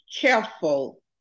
careful